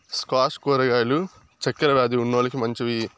squash కూరగాయలు చక్కర వ్యాది ఉన్నోలకి మంచివి